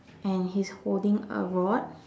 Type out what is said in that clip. and he's holding a rod